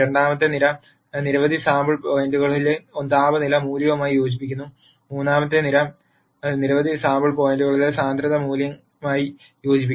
രണ്ടാമത്തെ നിര നിരവധി സാമ്പിൾ പോയിന്റുകളിലെ താപനിലയുടെ മൂല്യവുമായി യോജിക്കുന്നു മൂന്നാമത്തെ നിര നിരവധി സാമ്പിൾ പോയിന്റുകളിലെ സാന്ദ്രതയുടെ മൂല്യവുമായി യോജിക്കുന്നു